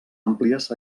àmplies